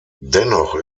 dennoch